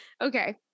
Okay